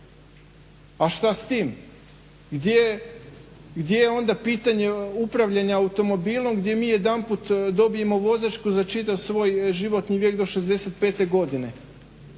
a šta s time? Gdje je onda pitanje upravljanja automobilom gdje mi jedanput dobijemo vozačku za čita svoj životni vijek do 65. godine,